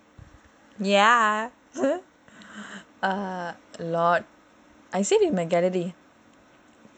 err a lot I saved in my gallery